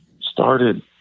started